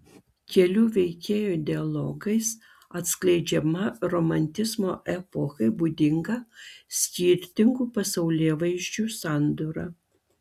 kelių veikėjų dialogais atskleidžiama romantizmo epochai būdinga skirtingų pasaulėvaizdžių sandūra